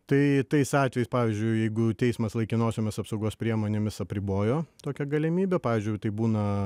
tai tais atvejais pavyzdžiui jeigu teismas laikinosiomis apsaugos priemonėmis apribojo tokią galimybę pavyzdžiui tai būna